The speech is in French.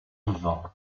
vivant